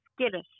skittish